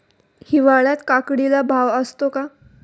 हिवाळ्यात काकडीला भाव असतो का?